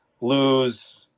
lose –